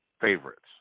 favorites